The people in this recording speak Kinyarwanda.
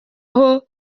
aho